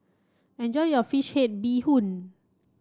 enjoy your fish head bee hoon